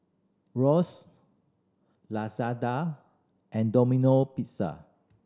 Royce Lazada and Domino Pizza